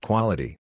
Quality